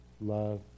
love